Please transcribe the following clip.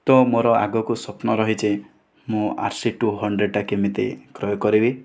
ତ ମୋର ଆଗକୁ ସ୍ୱପ୍ନ ରହିଛି ମୁଁ ଆର ସି ଟୁ ହଣ୍ଡ୍ରେଡ଼ଟା କେମିତି କ୍ରୟ କରିବି